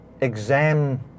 exam